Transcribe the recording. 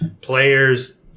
players